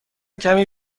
کمی